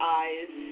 eyes